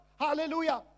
Hallelujah